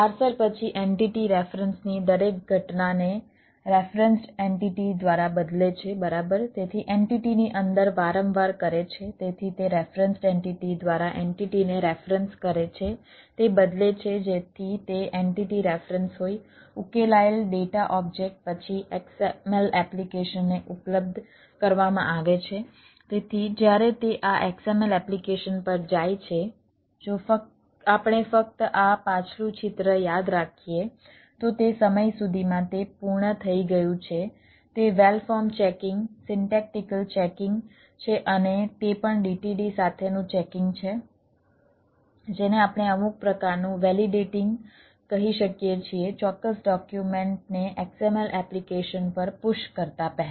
parser પછી entity reference કરતા પહેલા